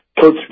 Coach